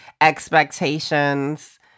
expectations